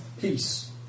Peace